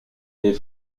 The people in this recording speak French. les